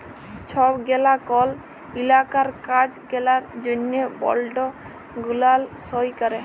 ছব গেলা কল ইলাকার কাজ গেলার জ্যনহে বল্ড গুলান সই ক্যরে